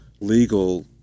legal